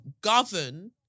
govern